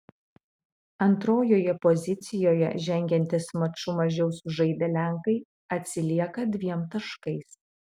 antrojoje pozicijoje žengiantys maču mažiau sužaidę lenkai atsilieka dviem taškais